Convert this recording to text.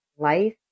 Life